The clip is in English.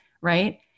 right